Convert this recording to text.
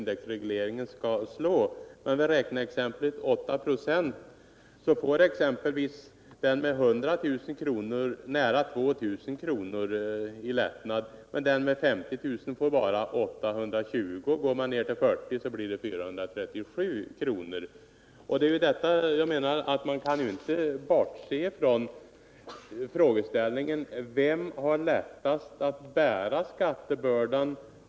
Det är därför jag anser att man inte kan bortse Inflationsskydd av från frågeställningen: Vem har lättast att bära skattebördan?